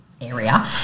area